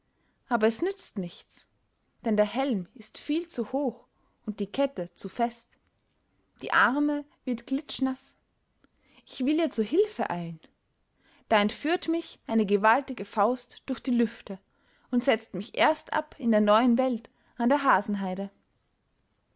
aber es nützt nichts denn der helm ist viel zu hoch und die kette zu fest die arme wird klitschenaß ich will ihr zur hilfe eilen da entführt mich eine gewaltige faust durch die lüfte und setzt mich erst ab in der neuen welt an der hasenheide